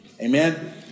Amen